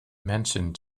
mentioned